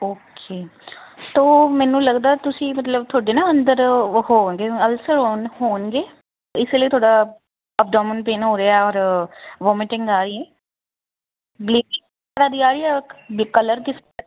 okay so ਮੈਨੂੰ ਲੱਗਦਾ ਤੁਸੀਂ ਮਤਲਬ ਤੁਹਾਡੇ ਨਾ ਅੰਦਰ ਉਹ ਹੋਣਗੇ ਅਲਸਰ ਹੋ ਹੋਣਗੇ ਇਸ ਲਈ ਤੁਹਾਡਾ ਐਬਡੋਮਨ ਪੇਨ ਹੋ ਰਿਹਾ ਔਰ ਵੋਮਿਟਿੰਗ ਆਈ ਵੀ ਆਈ ਆ ਅੱਖ ਵੀ ਕਲਰ